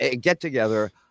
get-together